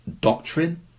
doctrine